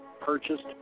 purchased